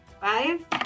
five